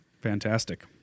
fantastic